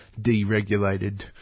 deregulated